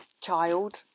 child